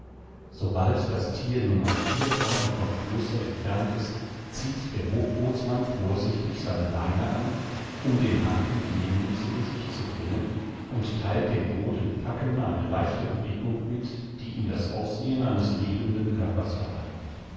sobald das thier nur noch vier faden vom flosse entfernt ist zieht der hochbootsmann vorsichtig seine leine an um den haken jenem zu gesicht zu bringen und theilt dem rothen packen eine leichte bewegung mit die ihm das aussehen eines lebenden körpers verleiht